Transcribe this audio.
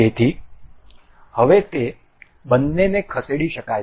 તેથી હવે તે બંનેને ખસેડી શકાય છે